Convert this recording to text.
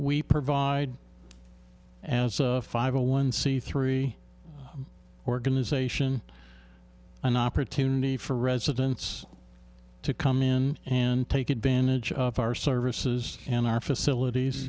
we provide an five a one c three organization an opportunity for residents to come in and take advantage of our services and our facilities